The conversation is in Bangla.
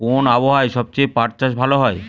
কোন আবহাওয়ায় সবচেয়ে পাট চাষ ভালো হয়?